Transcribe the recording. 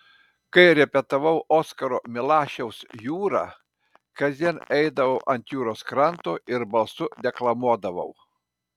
kai repetavau oskaro milašiaus jūrą kasdien eidavau ant jūros kranto ir balsu deklamuodavau